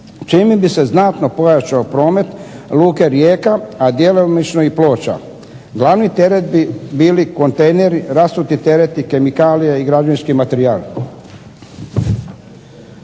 čime bi se znatno povećao promet Luke Rijeka, a djelomično i Ploča. Glavni teret bi bili kontejneri rasutih teretnih kemikalija i građevinski materijal.